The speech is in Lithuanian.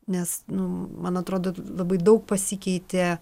nes nu man atrodo labai daug pasikeitė